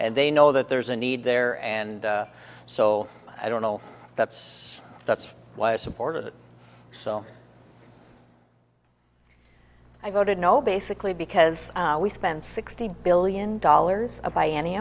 and they know that there's a need there and so i don't know that's that's why i supported it so i voted no basically because we spent sixty billion dollars a by any